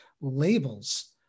labels